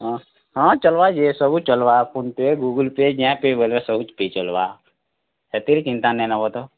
ହଁ ହଁ ଚଲ୍ବା ଯେ ସବୁ ଚଲ୍ବା ଫୋନ୍ ପେ ଗୁଗୁଲ୍ ପେ ଯାଏଁ ପେ ବେଲେ ସବୁ ପେ ଚଲ୍ବା ହେଥିର୍ ଚିନ୍ତା ନାଇଁ ନେବ ତ